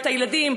והילדים,